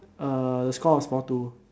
uh the score was four two